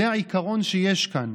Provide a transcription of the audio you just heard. זה העיקרון שיש כאן.